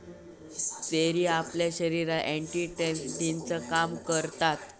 cherry आपल्या शरीरात एंटीऑक्सीडेंटचा काम करता